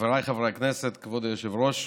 חבריי חברי הכנסת, כבוד היושב-ראש,